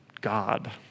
God